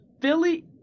Philly